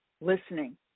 listening